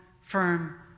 firm